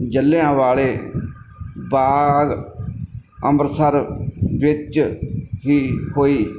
ਜਲ੍ਹਿਆਂ ਵਾਲੇ ਬਾਗ ਅੰਮ੍ਰਿਤਸਰ ਵਿੱਚ ਹੀ ਹੋਈ